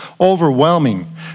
overwhelming